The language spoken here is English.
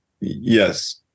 yes